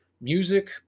music